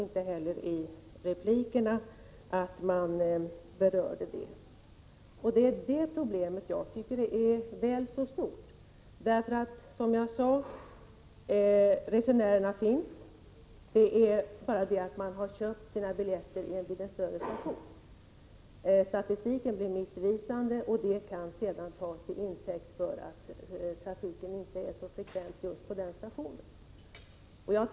Inte heller i replikerna berörde man detta problem, som är väl så stort. Som jag sade finns det resenärer — de har bara köpt sina biljetter vid en litet större station. Statistiken blir därför missvisande men tas till intäkt för att resandet inte är så frekvent på den station det gäller.